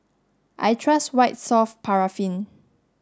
I trust White Soft Paraffin